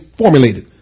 formulated